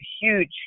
huge